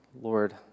Lord